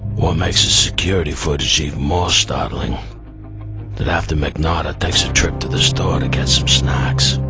what makes a security footage even more startling that after magnotta takes a trip to the store to get some snacks,